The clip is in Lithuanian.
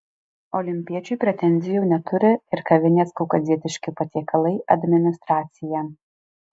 olimpiečiui pretenzijų neturi ir kavinės kaukazietiški patiekalai administracija